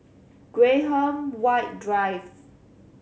Graham White Drive